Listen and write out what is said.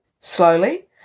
slowly